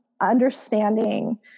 understanding